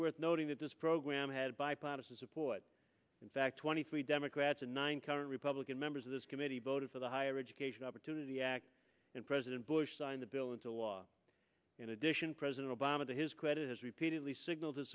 worth noting that this program had bipartisan support in fact twenty three democrats and nine current republican members of this committee voted for the higher education opportunity act and president bush signed the bill into law in addition president obama to his credit has repeatedly signal